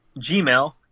Gmail